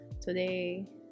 today